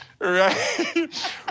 Right